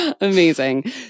Amazing